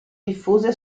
diffuse